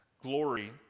Glory